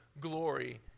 glory